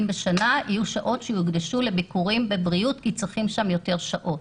בשנה לביקורים ולבריאות כי צריכים שם יותר שעות.